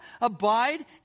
abide